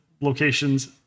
locations